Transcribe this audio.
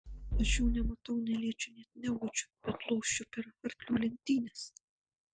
aš jų nematau neliečiu net neuodžiu bet lošiu per arklių lenktynes